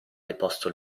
deposto